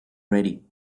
ready